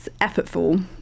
effortful